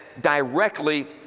directly